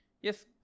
Yes